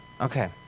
Okay